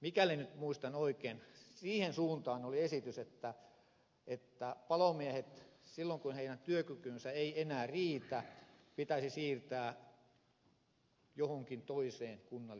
mikäli nyt muistan oikein siihen suuntaan oli esitys että silloin kun palomiesten työkyky ei enää riitä heidät pitäisi siirtää johonkin toiseen kunnalliseen tehtävään